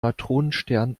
neutronenstern